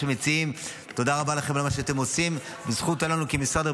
החשוב והדרמטי בשנים האחרונות ויוצאת כעת לדרך חדשה,